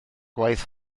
gwaith